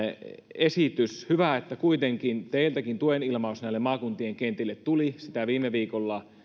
esitys hyvä että kuitenkin teiltäkin tuen ilmaus näille maakuntien kentille tuli sitä viime viikolla